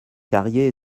carrier